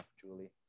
Julie